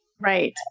Right